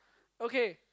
okay